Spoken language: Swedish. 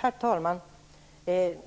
Herr talman!